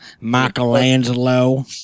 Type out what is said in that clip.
Michelangelo